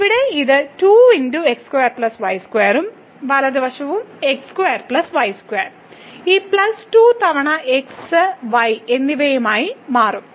ഇവിടെ ഇത് ഉം വലതുവശവും ഈ പ്ലസ് 2 തവണ x y എന്നിവയായി മാറും